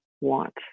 want